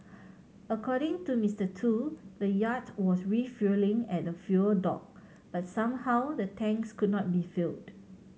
according to Mister Tu the yacht was refuelling at the fuel dock but somehow the tanks could not be filled